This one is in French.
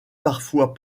parfois